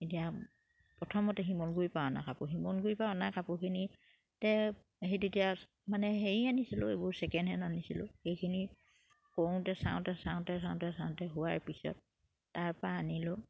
এতিয়া প্ৰথমতে শিমলুগুৰি পা অনা কাপোৰ শিমলুগুৰি পা অনা কাপোৰখিনিতে সেই তেতিয়া মানে হেৰি আনিছিলোঁ এইবোৰ ছেকেণ্ড হেণ্ড আনিছিলোঁ সেইখিনি কৰোঁতে চাওঁতে চাওঁতে চাওঁতে চাওঁতে হোৱাৰ পিছত তাৰপা আনিলোঁ